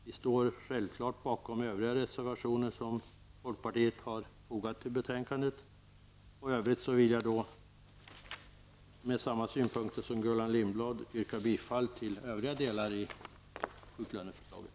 Vi står självfallet bakom övriga reservationer som folkpartiet liberalerna fogat till betänkandet. I övrigt yrkar jag med samma synpunkter som Gullan Lindblad bifall till övriga delar av sjuklöneförslaget.